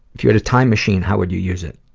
if you had a time machine, how would you use it?